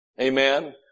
Amen